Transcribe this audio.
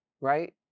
right